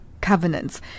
covenants